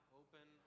open